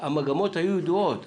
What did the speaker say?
המגמות היו ידועות,